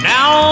Now